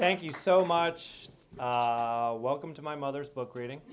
thank you so much welcome to my mother's book reading